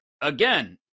Again